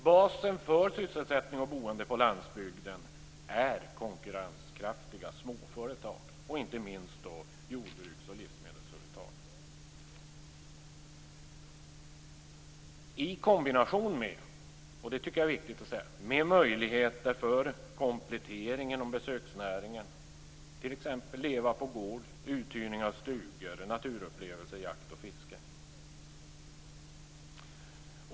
Basen för sysselsättning och boende på landsbygden är konkurrenskraftiga småföretag, och inte minst jordbruks och livsmedelsföretag, i kombination med - och det tycker jag är viktigt att säga - möjligheter till komplettering genom besöksnäringen, t.ex. leva på gård, uthyrning av stugor, naturupplevelser, jakt och fiske.